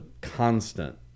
constant